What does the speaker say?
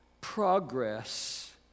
progress